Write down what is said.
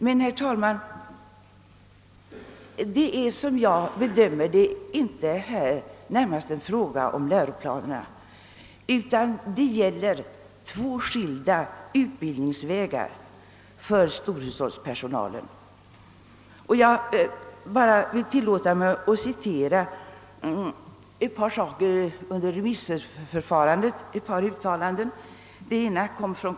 Men, herr talman, det är inte som jag bedömer detta närmast en fråga om läroplanerna, utan det gäller två skilda utbildningsvägar för storhushållspersonalen. Jag tillåter mig att återge ett par uttalanden som gjorts under remissförfarandet.